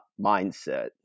mindset